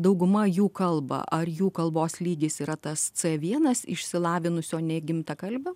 dauguma jų kalba ar jų kalbos lygis yra tas c vienas išsilavinusio negimtakalbio